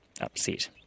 upset